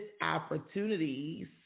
opportunities